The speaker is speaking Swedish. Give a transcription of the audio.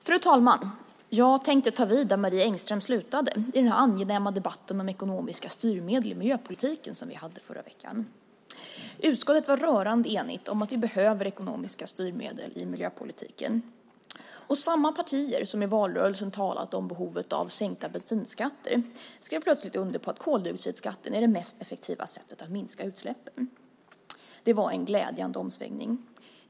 Fru talman! Jag tänkte ta vid där Marie Engström slutade i den angenäma debatten om ekonomiska styrmedel i miljöpolitiken som vi hade i förra veckan. Utskottet var rörande enigt om att vi behöver ekonomiska styrmedel i miljöpolitiken. Samma partier som i valrörelsen talat om behovet av sänkta bensinskatter skrev plötsligt under på att koldioxidskatten är det mest effektiva sättet att minska utsläppen. Det var en glädjande omsvängning.